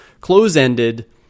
Close-ended